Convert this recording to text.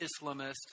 Islamist